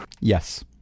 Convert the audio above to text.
Yes